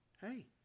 hey